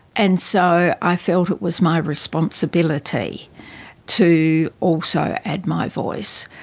and so i felt it was my responsibility to also add my voice.